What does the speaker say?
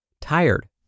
tired